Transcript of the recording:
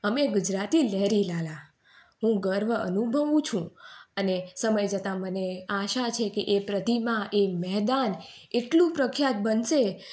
અમે ગુજરાતી લેરી લાલા હું ગર્વ અનુભવું છું અને સમય જતાં મને આશા છે કે એ પ્રતિમા એ મેદાન એટલું પ્રખ્યાત બનશે